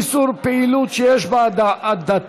איסור פעילות שיש בה הדתה,